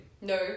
No